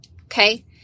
okay